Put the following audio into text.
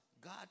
God